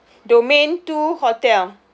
domain two hotel